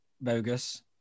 bogus